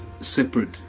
separate